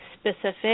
specific